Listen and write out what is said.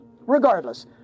Regardless